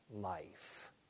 life